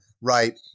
right